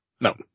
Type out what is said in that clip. No